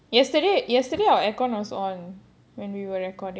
yesterday yesterday our aircon was on when we recording ya